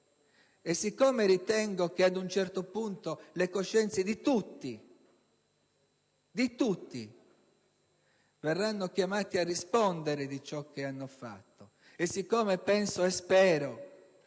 ci sarà e che ad un certo punto le coscienze di tutti verranno chiamate a rispondere di ciò che hanno fatto, siccome penso e spero